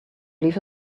leave